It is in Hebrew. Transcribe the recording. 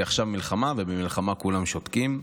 כי עכשיו מלחמה ובמלחמה כולם שותקים.